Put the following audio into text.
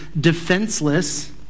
defenseless